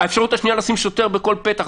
האפשרות השנייה לשים שוטר בכל פתח,